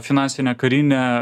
finansinę karinę